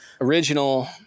original